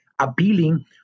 appealing